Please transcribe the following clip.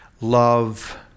love